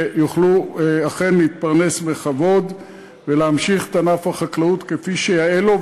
שיוכלו אכן להתפרנס בכבוד ולהמשיך את ענף החקלאות כפי שיאה לו,